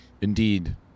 indeed